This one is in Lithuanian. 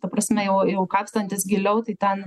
ta prasme jau jau kapstantis giliau tai ten